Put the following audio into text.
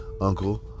uncle